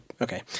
Okay